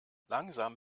langsam